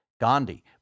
Gandhi